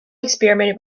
experimented